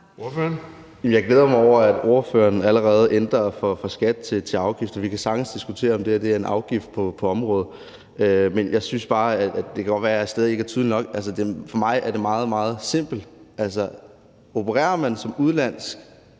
(M): Jeg glæder mig over, at ordføreren allerede har ændret det fra skat til afgift. Vi kan sagtens diskutere, om det her er en afgift på området. Det kan godt være, jeg stadig ikke er tydelig nok, men for mig er det meget, meget simpelt. Altså, opererer man som udenlandsk